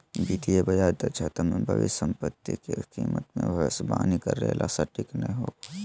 वित्तीय बाजार दक्षता मे भविष्य सम्पत्ति के कीमत मे भविष्यवाणी करे ला सटीक नय होवो हय